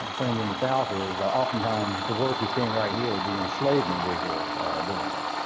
printing in the south is oftentimes, the work you're seeing right here would be enslaved individuals doing it.